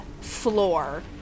floor